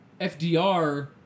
FDR